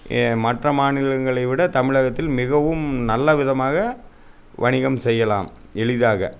மற்ற மாநிலங்களை விட தமிழகத்தில் மிகவும் நல்ல விதமாக வணிகம் செய்யலாம் எளிதாக